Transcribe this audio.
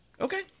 Okay